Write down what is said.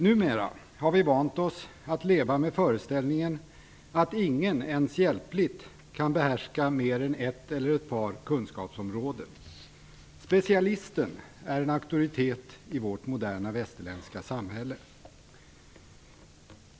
Numera har vi vant oss att leva med föreställningen att ingen ens hjälpligt kan behärska mer än ett eller ett par olika kunskapsområden. Specialisten är en auktoritet i vårt moderna västerländska samhälle.